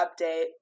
update